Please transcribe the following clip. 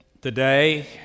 Today